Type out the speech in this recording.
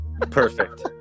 Perfect